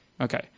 Okay